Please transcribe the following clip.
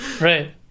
right